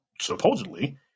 supposedly